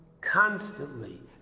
constantly